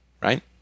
Right